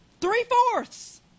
Three-fourths